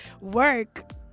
Work